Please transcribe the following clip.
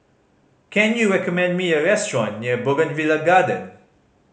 can you recommend me a restaurant near Bougainvillea Garden